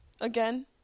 again